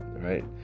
right